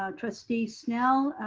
ah trustee snell,